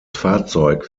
fahrzeug